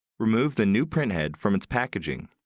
remove the new printhead from its packaging.